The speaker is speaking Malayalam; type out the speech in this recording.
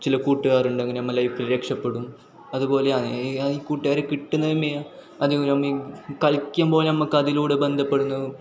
ചില കൂട്ടുകാരുണ്ടെങ്കിൽ നമ്മൾ ലൈഫിൽ രക്ഷപ്പെടും അതുപോലെ ആണ് ഈ കൂട്ടുകാരെ കിട്ടുന്നത് തന്നെയാണ് അധികവും നമ്മീ കളിക്കുമ്പോൾ ഞമ്മക്ക് അതിലൂടെ ബന്ധപ്പെടുന്നതും